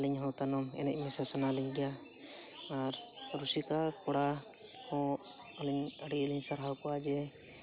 ᱟᱹᱞᱤᱧ ᱦᱚᱸ ᱛᱟᱭᱱᱚᱢ ᱮᱱᱮᱡ ᱢᱮᱥᱟ ᱥᱟᱱᱟᱞᱤᱧ ᱜᱮᱭᱟ ᱟᱨ ᱨᱩᱥᱤᱠᱟ ᱠᱚᱲᱟ ᱦᱚᱸ ᱟᱹᱞᱤᱧ ᱟᱹᱰᱤ ᱞᱤᱧ ᱥᱟᱨᱦᱟᱣ ᱠᱚᱣᱟ ᱡᱮ